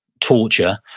torture